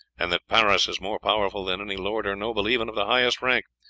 and that paris is more powerful than any lord or noble even of the highest rank,